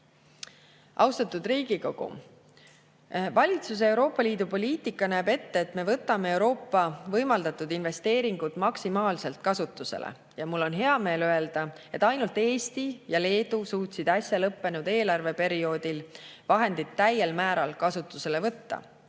Austatud Riigikogu! Valitsuse Euroopa Liidu poliitika näeb ette, et me võtame Euroopa võimaldatud investeeringud maksimaalselt kasutusele. Mul on hea meel öelda, et ainult Eesti ja Leedu suutsid äsja lõppenud eelarveperioodi vahendid täiel määral kasutusele võtta.